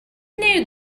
knew